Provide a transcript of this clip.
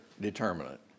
determinant